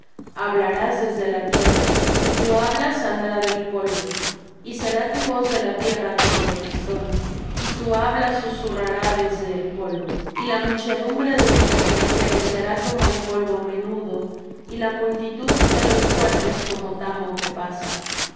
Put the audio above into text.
hablarás desde la tierra y tu habla saldrá del polvo y será tu voz de la tierra como de pythón y tu habla susurrará desde el polvo y la muchedumbre de tus extranjeros será como polvo menudo y la multitud de los fuertes como tamo que pasa